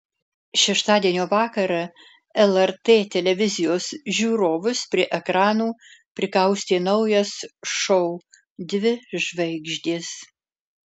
šeštadienio vakarą lrt televizijos žiūrovus prie ekranų prikaustė naujas šou dvi žvaigždės